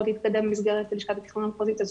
להתקדם במסגרת לשכת התכנון המחוזית הזאת.